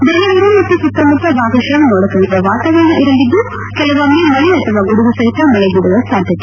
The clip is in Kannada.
ಬೆಂಗಳೂರು ಮತ್ತು ಸುತ್ತಮುತ್ತ ಭಾಗಶಃ ಮೋಡಕವಿದ ವಾತಾವರಣ ಇರಲಿದ್ದು ಕೆಲವೊಮ್ಮೆ ಮಳೆ ಅಥವಾ ಗುಡುಗುಸಹಿತ ಮಳೆ ಬೀಳುವ ಸಾಧ್ಯತೆ